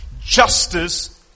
justice